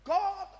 God